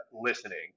listening